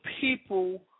people